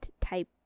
type